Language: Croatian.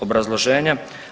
Obrazloženje.